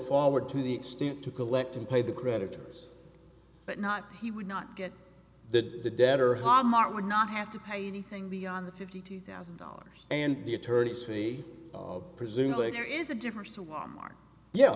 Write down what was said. forward to the extent to collect and pay the creditors but not he would not get the debt or harm are would not have to pay anything beyond the fifty two thousand dollars and the attorney say presumably there is a difference to one mark yeah